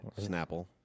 Snapple